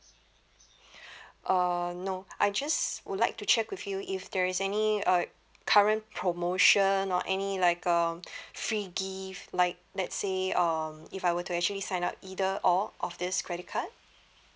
uh no I just would like to check with you if there is any uh current promotion or any like um free gift like let's say um if I were to actually sign up either or of this credit card